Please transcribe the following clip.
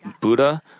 Buddha